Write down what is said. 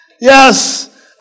Yes